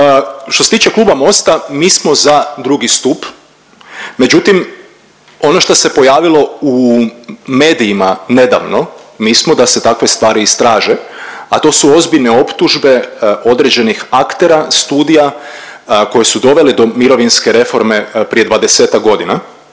što se tiče Kluba MOST-a mi smo za drugi stup, međutim ono što se pojavilo u medijima nedavno mi smo da se takve stvari istraže, a to su ozbiljne određenih aktera studija koji su doveli do mirovinske reforme prije 20-ak godina.